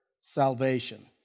salvation